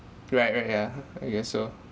right right yeah I guess so